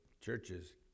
churches